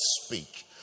speak